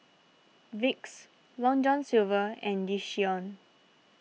Vicks Long John Silver and Yishion